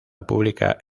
pública